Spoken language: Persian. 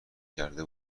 کرده